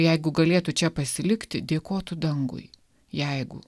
jeigu galėtų čia pasilikti dėkotų dangui jeigu